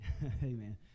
Amen